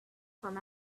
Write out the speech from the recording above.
from